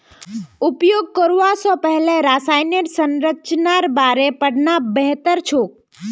उपयोग करवा स पहले रसायनेर संरचनार बारे पढ़ना बेहतर छोक